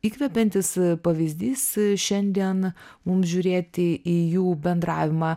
įkvepiantis pavyzdys šiandien mums žiūrėti į jų bendravimą